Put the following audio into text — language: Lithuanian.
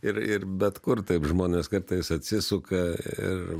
ir ir bet kur taip žmonės kartais atsisuka ir